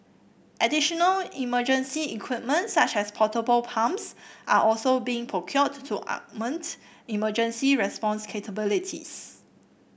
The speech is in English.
additional emergency equipment such as portable pumps are also being procured to augment emergency response capabilities